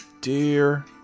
Dear